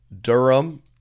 Durham